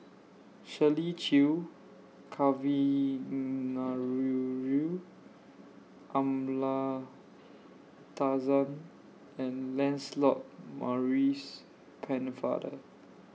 Shirley Chew Kavignareru Amallathasan and Lancelot Maurice Pennefather